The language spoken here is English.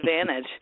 advantage